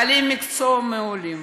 בעלי מקצוע מעולים,